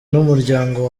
n’umuryango